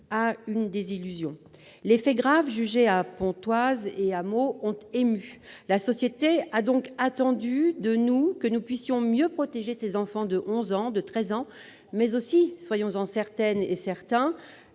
à une désillusion. Les faits graves jugés à Pontoise et à Meaux ont ému. La société attendait de nous que nous puissions mieux protéger ses enfants de onze ans, de treize ans, mais aussi, soyons-en certaines et certains,